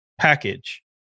package